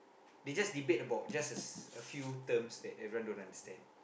they just debate about just a s~ a few terms that everyone don't understand